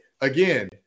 again